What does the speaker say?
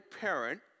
parent